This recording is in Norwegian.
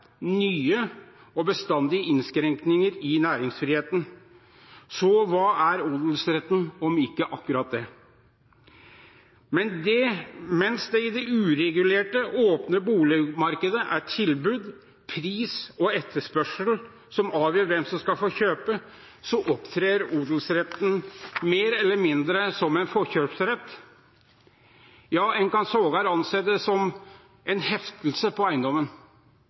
nye og bestandige innskrenkninger i næringsfriheten. Hva er odelsretten om ikke akkurat det? Mens det i det uregulerte, åpne boligmarkedet er tilbud, pris og etterspørsel som avgjør hvem som skal få kjøpe, opptrer odelsretten mer eller mindre som en forkjøpsrett. Ja, en kan sågar anse det som en heftelse på eiendommen